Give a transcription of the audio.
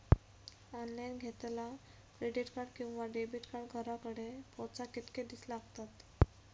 Online घेतला credit card किंवा debit card घराकडे पोचाक कितके दिस लागतत?